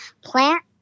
plant